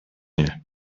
nie